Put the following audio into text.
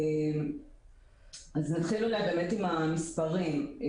נתחיל עם המספרים.